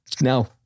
no